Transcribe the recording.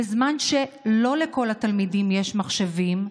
בזמן שלא לכל התלמידים יש מחשבים,